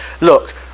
Look